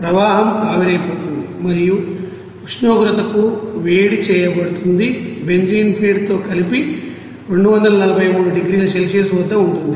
ప్రవాహం ఆవిరైపోతుంది మరియు ఉష్ణోగ్రతకు వేడి చేయబడుతుంది బెంజీన్ ఫీడ్తో కలిపి 243 డిగ్రీల సెల్సియస్ వద్ద ఉంటుంది